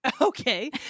Okay